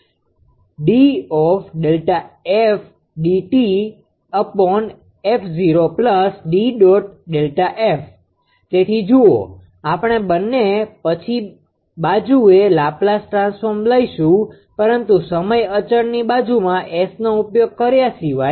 તેથી જુઓ આપણે પછી બંને બાજુએ લાપ્લાઝ ટ્રાન્સફોર્મ લઈશું પરંતુ સમય અચળની બાજુમાં Sનો ઉપયોગ કર્યા સિવાય